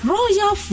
Royal